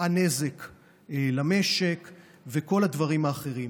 הנזק למשק וכל הדברים האחרים.